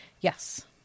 Yes